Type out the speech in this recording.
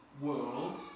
world